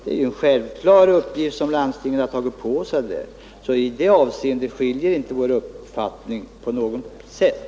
Det är en självklar uppgift som landstingen har tagit på sig, och i det avseendet skiljer sig alltså inte våra uppfattningar på något sätt.